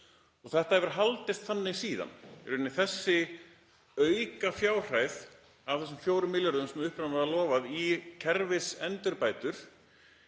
Þetta hefur haldist þannig síðan. Þessi aukafjárhæð af þessum 4 milljörðum sem upprunalega var lofað í kerfisendurbætur